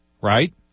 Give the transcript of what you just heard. right